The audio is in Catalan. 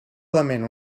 element